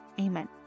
Amen